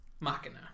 Machina